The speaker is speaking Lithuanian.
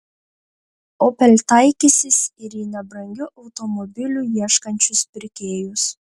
opel taikysis ir į nebrangių automobilių ieškančius pirkėjus